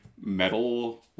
metal